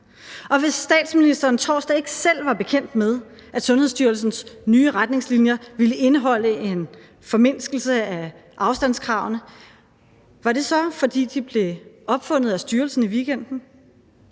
hvis statsministeren torsdag ikke selv var bekendt med, at Sundhedsstyrelsens nye retningslinjer ville indeholde en formindskelse af afstandskravene, var det så, fordi de blev opfundet af styrelsen i weekenden?